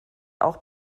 auch